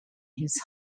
his